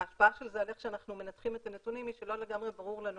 ההשפעה של זה על ניתוח הנתונים היא שלא לגמרי ברור לנו